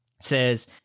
says